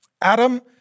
Adam